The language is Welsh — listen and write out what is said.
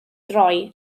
droi